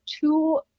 two